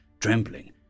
Trembling